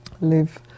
live